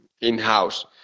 in-house